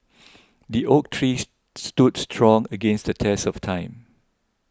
the oak trees stood strong against the test of time